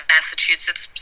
Massachusetts